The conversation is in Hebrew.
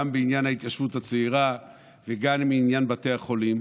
גם בעניין ההתיישבות הצעירה וגם בעניין בתי החולים.